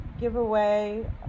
giveaway